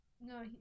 No